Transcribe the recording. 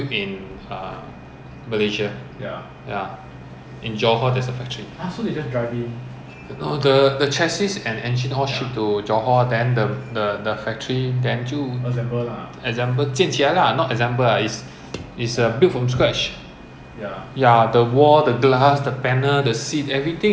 and then the government will tax mah and tax like double mah hundred and ten percent hundred and thirty percent G_S_T everything the chassis is original lor manufacturer lor engine lor that's all 没有了剩的东西全部都是 our local build 的 lor ya